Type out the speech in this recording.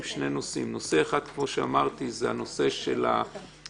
להעלות שני נושאים: הנושא הראשון הוא נושא התקצוב.